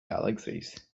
galaxies